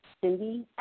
Cindy